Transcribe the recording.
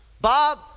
Bob